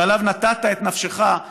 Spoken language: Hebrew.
שעליו נתת את נפשך,